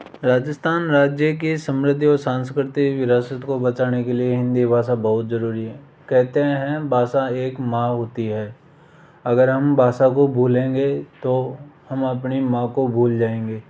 राजस्थान राज्य के समृद्धि और सांस्कृति विरासत को बचाने के लिए हिंदी भाषा बहुत जरूरी है कहते हैं भाषा एक माँ होती है अगर हम भाषा को भूलेंगे तो हम अपनी माँ को भूल जाएंगे